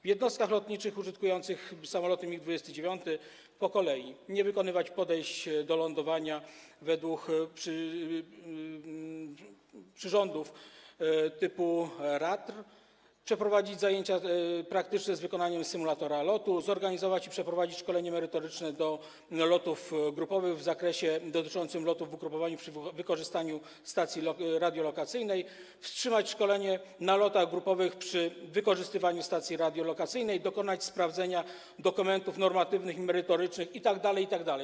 W jednostkach lotniczych użytkujących samoloty MiG-29 po kolei: nie wykonywać podejść do lądowania według przyrządów typu..., przeprowadzić zajęcia praktyczne z wykonaniem symulatora lotu, zorganizować i przeprowadzić szkolenie merytoryczne do lotów grupowych w zakresie dotyczącym lotów w ugrupowaniu przy wykorzystaniu stacji radiolokacyjnej, wstrzymać szkolenie na lotach grupowych przy wykorzystywaniu stacji radiolokacyjnej, dokonać sprawdzenia dokumentów normatywnych i merytorycznych itd., itd.